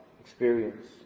experience